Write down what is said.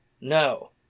No